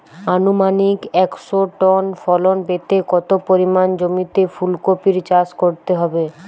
আনুমানিক একশো টন ফলন পেতে কত পরিমাণ জমিতে ফুলকপির চাষ করতে হবে?